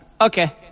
Okay